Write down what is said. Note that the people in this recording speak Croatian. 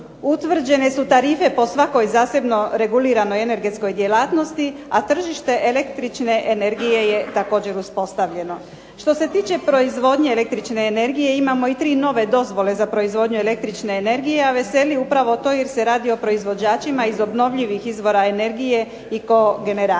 utvrđene su tarife po svakoj zasebno reguliranoj energetskoj djelatnosti, a tržište električne energije je također uspostavljeno. Što se tiče proizvodnje električne energije imamo i 3 nove dozvole za proizvodnju električne energije, a veseli upravo to jer se radi o proizvođačima iz obnovljivih izvora energije i kogeneracije.